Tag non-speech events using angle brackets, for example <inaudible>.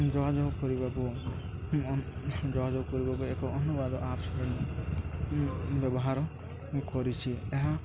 ଯୋଗାଯୋଗ କରିବାକୁ ଯୋଗାଯୋଗ କରିବାକୁ ଏକ ଅନୁବାଦ <unintelligible> ବ୍ୟବହାର କରିଛିି ଏହା